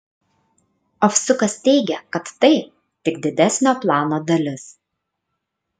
ovsiukas teigia kad tai tik didesnio plano dalis